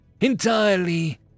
entirely